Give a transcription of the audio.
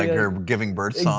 yeah her giving birth song?